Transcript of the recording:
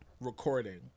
recording